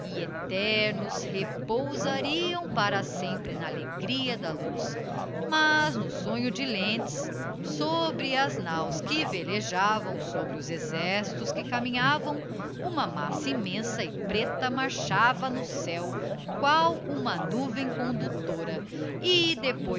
eternos repousariam para sempre na alegria da luz mas no sonho de lentz sobre as náos que velejavam sobre os exércitos que caminhavam uma massa immensa e preta marchava no céo qual uma nuvem conductora e depois